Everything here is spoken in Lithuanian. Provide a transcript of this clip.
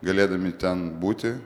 galėdami ten būti